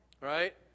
Right